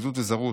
בדידות וזרות.